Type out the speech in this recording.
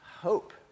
hope